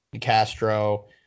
Castro